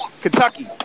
Kentucky